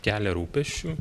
kelia rūpesčių